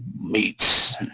meats